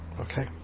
Okay